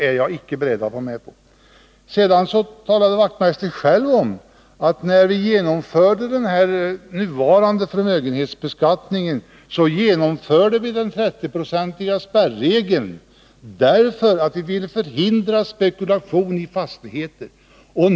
Knut Wachtmeister talade själv om, att när vi genomförde den nuvarande förmögenhetsbeskattningen skapade vi den 30-procentiga spärregeln därför att vi ville förhindra spekulation i fastigheter.